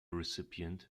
recipient